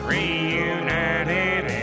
Reunited